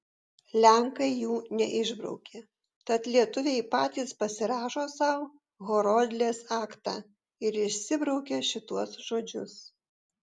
lenkai jų neišbraukė tad lietuviai patys pasirašo sau horodlės aktą ir išsibraukia šituos žodžius